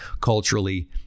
Culturally